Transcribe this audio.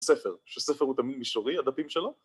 ‫ספר, שספר הוא תמיד מישורי, ‫הדפים שלו?